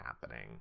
happening